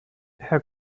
herr